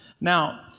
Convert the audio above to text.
Now